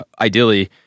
ideally